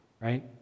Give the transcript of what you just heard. right